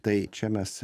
tai čia mes